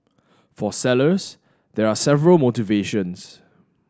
for sellers there are several motivations